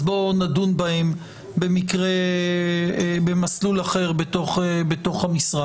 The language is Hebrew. אז בואו נדון בהן במסלול אחר בתוך המשרד.